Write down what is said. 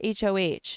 HOH